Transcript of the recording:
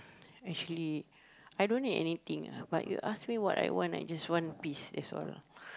actually I don't need anything ah but you ask me what I want I just want peace that's all lah